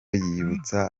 yibutsa